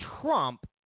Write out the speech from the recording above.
Trump